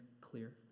clear